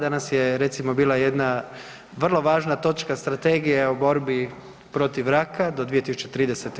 Danas je recimo bila jedna vrlo važna točka Strategija o borbi protiv raka do 2030.